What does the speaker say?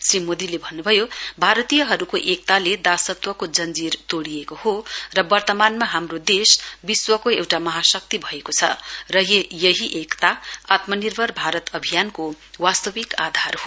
श्री मोदीले भन्नुभयो भारतीयहरूको एकताले दासत्वको जंजीर तोडिएको हो र वर्तमानमा हाम्रो देश विश्वको एउटा महाशक्ति भएको छ र यही एकता आत्मनिर्भर भारत अभियानको वास्ताविक आधार हो